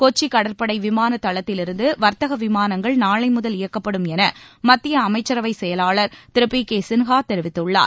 கொச்சி கடற்படை விமான தளத்திலிருந்து வர்த்தக விமானங்கள் நாளை முதல் இயக்கப்படும் என மத்திய செயலாளர் அமைச்சரவை திரு பி கே சின்ஹா தெரிவித்துள்ளார்